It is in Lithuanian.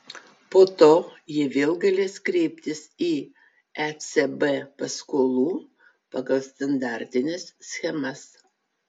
po to jie vėl galės kreiptis į ecb paskolų pagal standartines schemas